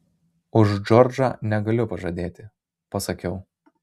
už džordžą negaliu pažadėti pasakiau